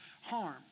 harm